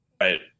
Right